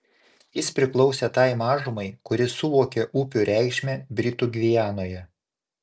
jis priklausė tai mažumai kuri suvokė upių reikšmę britų gvianoje